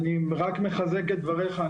אני מחזק את דבריך.